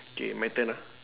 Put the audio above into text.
K my turn ah